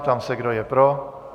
Ptám se, kdo je pro.